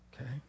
okay